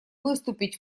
выступить